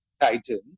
Titan